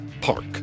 park